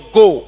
go